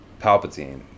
Palpatine